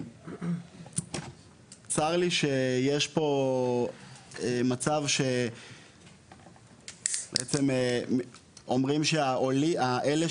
צר לי שיש פה מצב שבעצם אומרים שהעולים, אלה